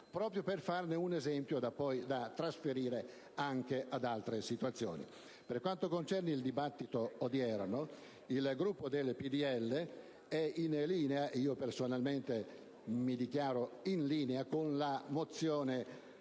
proprio per farne un esempio da trasferire ad altre situazioni. Per quanto concerne il dibattito odierno, il Gruppo del PdL è in linea (e io personalmente mi dichiaro in linea) con la mozione